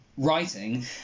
writing